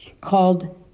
called